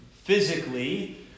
Physically